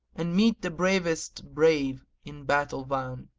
and meet the bravest brave in battle van!